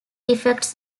effects